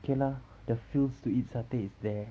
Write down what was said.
okay lah the feels to eat satay is there